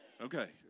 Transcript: Okay